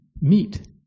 meet